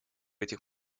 этих